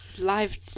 live